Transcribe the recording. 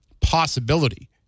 possibility